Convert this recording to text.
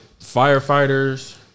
firefighters